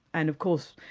and of course,